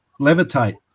levitate